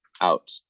out